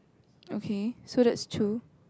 okay so that's true